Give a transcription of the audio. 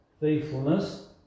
faithfulness